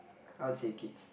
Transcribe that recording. I would say kids